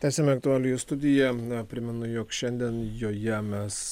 tęsiame aktualijų studiją primenu jog šiandien joje mes